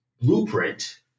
blueprint